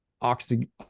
oxygen